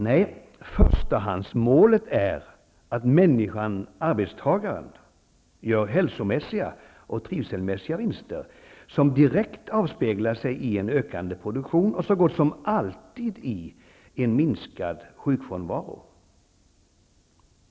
Nej, förstahandsmålet är att människan/arbetstagaren gör hälsomässiga och trivselmässiga vinster, som direkt avspeglar sig i en ökande produktion och så gott som alltid i en minskad sjukfrånvaro.